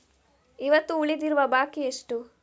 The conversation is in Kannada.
ಇವತ್ತು ಉಳಿದಿರುವ ಬಾಕಿ ಎಷ್ಟು?